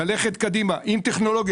ללכת קדימה עם טכנולוגיה.